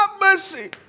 mercy